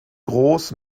groß